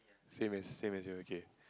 same as same as you okay